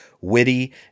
witty